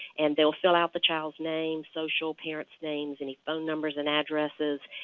and they will fill out the child's name, social, parents' names, any phone numbers and addresses,